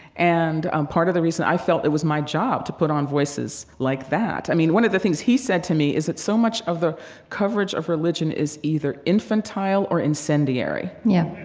and, um part of the reason i felt it was my job to put on voices like that. i mean, one of the things he said to me is it's so much of the coverage of the religion is either infantile or incendiary yeah